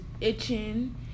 itching